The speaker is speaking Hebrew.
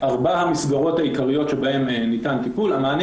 ארבע המסגרות העיקריות בהן ניתן טיפול המענה